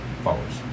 followers